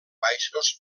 baixos